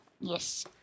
yes